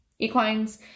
equines